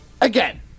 again